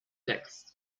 texts